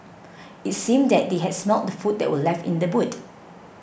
it seemed that they had smelt the food that were left in the boot